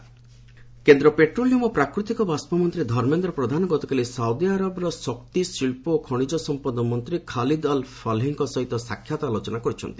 India Saudi Arabia petroleum ଓ ପ୍ରାକୃତିକ ବାଷ୍ପ ମନ୍ତ୍ରୀ ଧର୍ମେନ୍ଦ୍ର ପ୍ରଧାନ ଗତକାଲି ସାଉଦିଆରବର ଶକ୍ତି ଶିଳ୍ପ ଓ ଖଣିଜ ସମ୍ପଦ ମନ୍ତ୍ରୀ ଖାଲିଦ୍ ଅଲ୍ ଫଲିହଙ୍କ ସହିତ ସାକ୍ଷାତ ଆଲୋଚନା କରିଛନ୍ତି